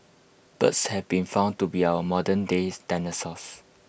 birds have been found to be our modernday dinosaurs